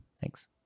Thanks